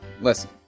listen